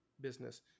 business